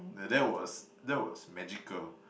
the that was that was magical